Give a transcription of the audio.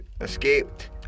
Escaped